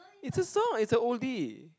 it's a song it's a oldie